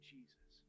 Jesus